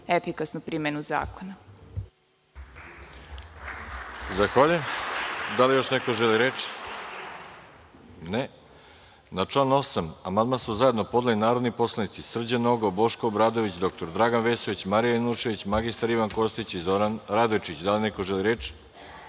efikasnu primenu zakona.